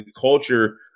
culture